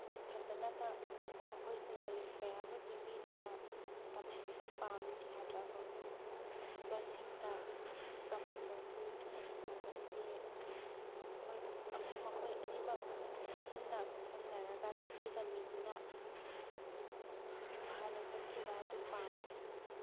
ꯐꯖꯅꯕ ꯃꯈꯣꯏꯁꯨ ꯅꯣꯂꯦꯖ ꯀꯌꯥ ꯑꯃ ꯄꯤꯕꯤꯗꯨꯅ ꯇꯝꯍꯟꯕ ꯄꯥꯝꯃꯤ ꯁꯥꯇ꯭ꯔ ꯑꯐꯕꯁꯤꯡꯇ ꯇꯝꯍꯟꯕ ꯑꯁꯤ ꯌꯥꯅꯤꯡꯗꯦ ꯃꯈꯣꯏ ꯃꯈꯣꯏ ꯑꯅꯤꯃꯛ ꯄꯨꯟꯅ ꯈꯨꯁꯝꯅꯔꯒ ꯇꯥꯛꯄꯤ ꯇꯝꯕꯤꯗꯨꯅ ꯐꯅ ꯆꯠꯈꯤꯕ ꯑꯗꯨ ꯄꯥꯝꯃꯤ